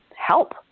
help